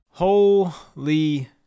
Holy